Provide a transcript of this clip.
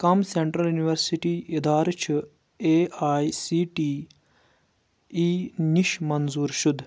کم central university اِدارٕ چھِ A I C T E نِش منظور شُدٕ